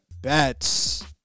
bets